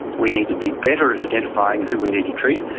we need to be better at identifying who we need to treat,